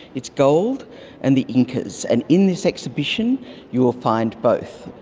it's gold and the incas. and in this exhibition you will find both.